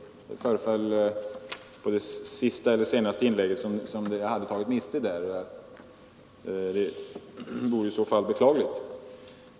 Av hans senaste inlägg föreföll det som om jag hade tagit miste där. Detta vore i så fall beklagligt.